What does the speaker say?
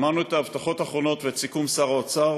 שמענו את ההבטחות האחרונות ואת סיכום שר האוצר,